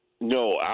No